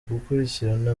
gukurikirana